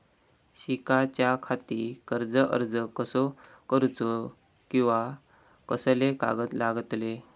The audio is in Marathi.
शिकाच्याखाती कर्ज अर्ज कसो करुचो कीवा कसले कागद लागतले?